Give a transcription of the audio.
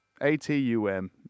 A-T-U-M